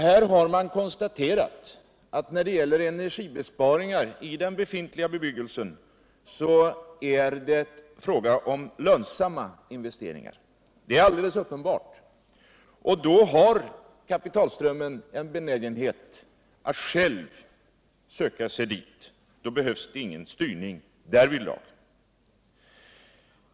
Här har man konstaterat att när det gäller energibesparing i den befintliga bebyggelsen är det fråga om lönsamma investeringar — vilket är alldeles uppenbart — och då har kapitalströmmen en benägenhet att själv söka sig dit; det behövs ingen styrning därvidlag.